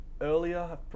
earlier